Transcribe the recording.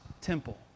temple